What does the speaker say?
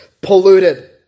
polluted